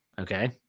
Okay